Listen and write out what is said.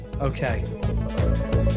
okay